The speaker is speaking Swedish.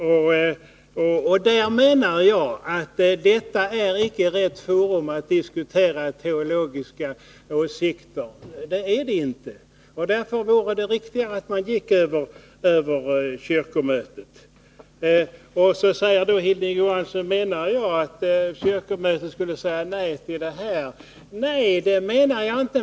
I det avseendet menar jag att denna kammare icke är rätt forum att diskutera teologiska frågor. Det vore riktigare att ta upp dem i kyrkomötet. Vidare frågar Hilding Johansson om jag menar att kyrkomötet skall säga nej till det här. Nej, det menar jag inte.